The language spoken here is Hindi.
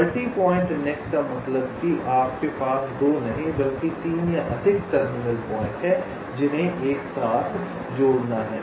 मल्टी पॉइंट नेट का मतलब है कि आपके पास 2 नहीं बल्कि 3 या अधिक टर्मिनल पॉइंट हैं जिन्हें एक साथ जोड़ना है